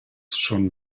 schon